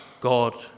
God